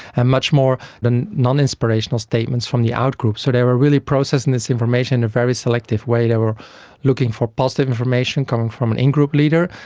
and much more than non-inspirational statements from the out-group. so they were really processing this information in a very selective way, they were looking for positive information coming from an in-group leader,